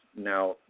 now